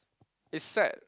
is sad